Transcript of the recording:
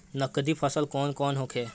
नकदी फसल कौन कौनहोखे?